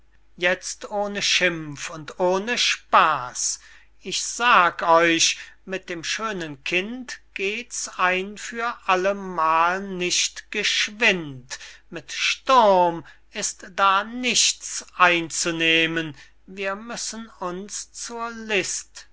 jetzt ohne schimpf und ohne spaß ich sag euch mit dem schönen kind geht's ein für allemal nicht geschwind mit sturm ist da nichts einzunehmen wir müssen uns zur list